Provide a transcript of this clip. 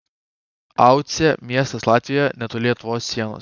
aucė miestas latvijoje netoli lietuvos sienos